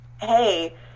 hey